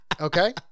Okay